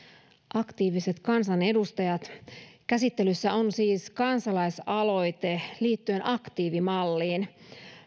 aktiiviset kansanedustajat käsittelyssä on siis kansalaisaloite liittyen aktiivimalliin